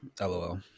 Lol